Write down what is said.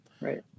Right